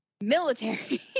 Military